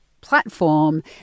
Platform